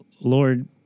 Lord